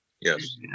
Yes